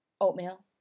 oatmeal